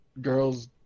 girls